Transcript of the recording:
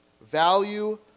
value